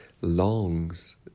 longs